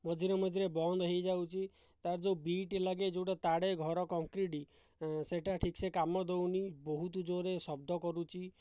ମଝିରେ ମଝିରେ ବନ୍ଦ ହୋଇଯାଉଛି ତାର ଯେଉଁଟା ବିଟ୍ ଲାଗେ ଯେଉଁଟା ତାଡ଼େ ଘର କଂକ୍ରିଟ୍ ସେଇଟା ଠିକ୍ସେ କାମ ଦେଉନାହିଁ ବହୁତ ଜୋର୍ରେ ଶବ୍ଦ କରୁଛି